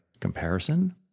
Comparison